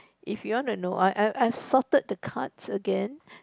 if you want to know I I I sorted the cards again